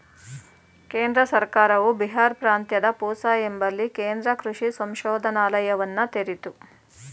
ಕೇಂದ್ರ ಸರ್ಕಾರವು ಬಿಹಾರ್ ಪ್ರಾಂತ್ಯದ ಪೂಸಾ ಎಂಬಲ್ಲಿ ಕೇಂದ್ರ ಕೃಷಿ ಸಂಶೋಧನಾಲಯವನ್ನ ತೆರಿತು